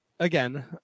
Again